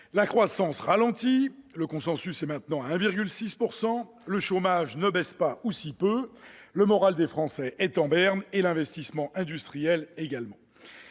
la croissance ralentit- le consensus est maintenant à 1,6 %-, le chômage ne baisse pas, ou si peu, le moral des Français est en berne et l'investissement industriel également.